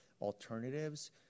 alternatives